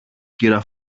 κυρα